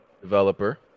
developer